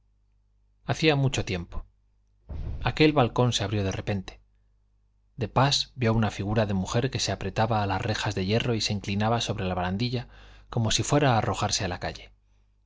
hacía mucho tiempo aquel balcón se abrió de repente de pas vio una figura de mujer que se apretaba a las rejas de hierro y se inclinaba sobre la barandilla como si fuera a arrojarse a la calle